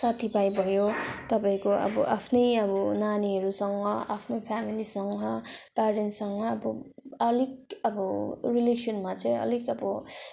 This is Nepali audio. साथीभाइ भयो तपाईँको अब आफ्नै अब नानीहरूसँग आफ्नै फेमिलीसँग प्यारेन्ट्ससँग अब अलिक अब रिलेसनमा चाहिँ अलिक अब